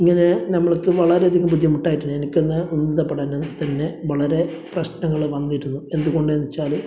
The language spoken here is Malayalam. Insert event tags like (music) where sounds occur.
ഇങ്ങനെ നമ്മളക്ക് വളരെയധികം ബുദ്ധിമുട്ടായിട്ടായിട്ടാണ് എനിക്കന്ന് (unintelligible) തന്നെ വളരെ പ്രശ്നങ്ങള് വന്നിരുന്നു എന്തുകൊണ്ടെന്നു വച്ചാല്